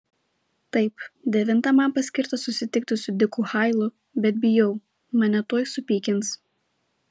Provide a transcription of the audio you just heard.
taip devintą man paskirta susitikti su diku hailu bet bijau mane tuoj supykins